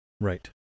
Right